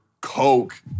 Coke